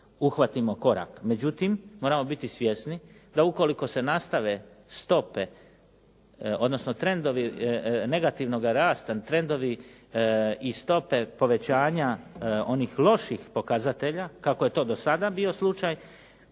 uhvatimo korak, Međutim, moramo biti svjesni da ukoliko se nastave stope odnosno trendovi negativnoga rasta, trendovi i stope povećanja onih loših pokazatelja, kako je to do sada bio slučaj,